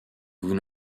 vous